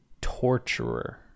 torturer